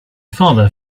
father